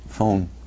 phone